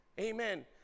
Amen